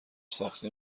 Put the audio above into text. ساخته